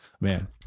Man